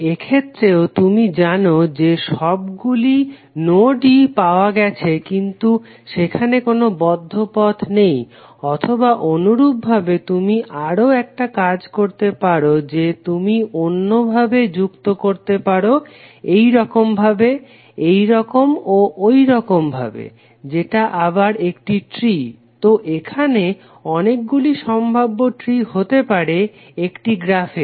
এক্ষেত্রেও তুমি জানো যে সবগুলি নোডই পাওয়া গেছে কিন্তু সেখানে কোনো বদ্ধ পথ নেই অথবা অনুরূপভাবে তুমি আরও একটা কাজ করতে পারো যে তুমি অন্যভাবে যুক্ত করতে পারো এইরকম ভাবে এইরকম ও ওইরকম ভাবে যেটা আবার একটি ট্রি তো এখানে অনেকগুলি সম্ভাব্য ট্রি হতে পারে একটি গ্রাফের